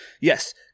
Yes